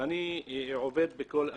ואני עובד בכל הכיוונים.